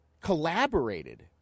collaborated